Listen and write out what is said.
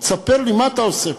ספר לי, מה אתה עושה?